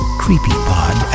creepypod